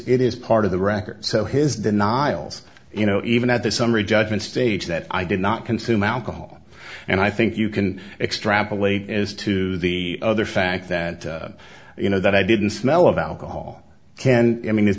it is part of the record so his denials you know even at the summary judgment stage that i did not consume alcohol and i think you can extrapolate as to the other fact that you know that i didn't smell of alcohol and i mean